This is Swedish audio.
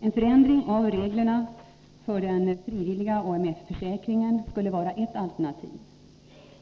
En förändring av reglerna för den frivilliga AMF-försäkringen skulle vara ett alternativ.